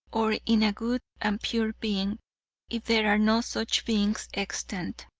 or in a good and pure being if there are no such beings extant.